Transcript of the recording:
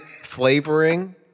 flavoring